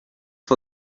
for